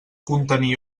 contenir